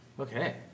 Okay